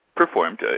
Performed